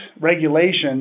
regulations